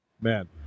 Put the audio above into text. man